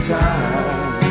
time